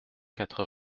quatre